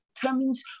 determines